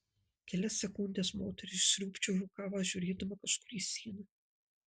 kelias sekundes moteris sriūbčiojo kavą žiūrėdama kažkur į sieną